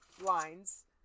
lines